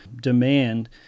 demand